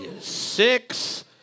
six